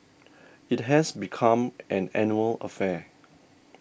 it has become an annual affair